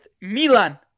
Milan